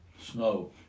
snow